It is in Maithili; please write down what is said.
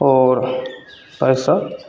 आओर पइसा